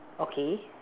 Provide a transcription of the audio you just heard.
okay